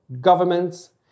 governments